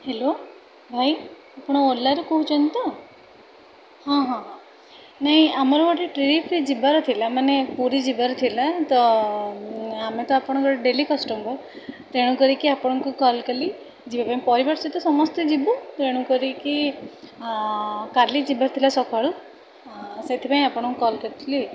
hello ଭାଇ ଆପଣ ଓଲାରୁ କହୁଛନ୍ତି ତ ହଁ ହଁ ନାଇଁ ଆମର ଗୋଟେ ଟ୍ରିପ୍ରେ ଯିବାର ଥିଲା ମାନେ ପୁରୀ ଯିବାର ଥିଲା ତ ଆମେ ତ ଆପଣଙ୍କ ଡେଲି କଷ୍ଟମର୍ ତେଣୁକରିକି ଆପଣଙ୍କୁ କଲ୍ କଲି ଯିବା ପାଇଁ ପରିବାର ସହିତ ସମସ୍ତେ ଯିବୁ ତେଣୁକରିକି ଅଁ କାଲି ଯିବାର ଥିଲା ସକାଳୁ ସେଥିପାଇଁ ଆପଣଙ୍କୁ କଲ୍ କରିଥିଲି